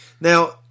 Now